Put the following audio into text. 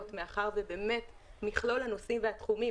מאחר שבאמת מכלול הנושאים והתחומים,